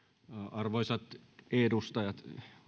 arvoisat edustajat